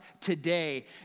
today